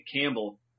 Campbell